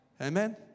amen